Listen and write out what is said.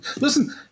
Listen